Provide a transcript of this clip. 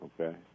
Okay